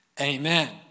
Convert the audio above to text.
Amen